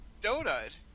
Donut